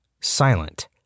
Silent